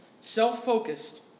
self-focused